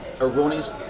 erroneous